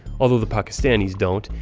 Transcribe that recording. although the pakistanis don't,